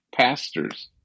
pastors